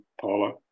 Paula